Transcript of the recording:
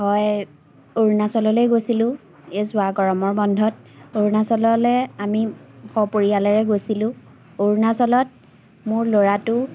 হয় অৰুণাচললৈ গৈছিলোঁ এই যোৱা গৰমৰ বন্ধত অৰুণাচললৈ আমি সপৰিয়ালেৰে গৈছিলোঁ অৰুণাচলত মোৰ ল'ৰাটো